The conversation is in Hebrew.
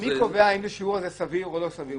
מי קובע אם השיעור הזה סביר או לא סביר,